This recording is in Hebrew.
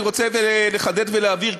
אני רוצה לחדד ולהבהיר,